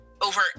over